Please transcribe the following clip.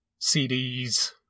CDs